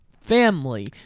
family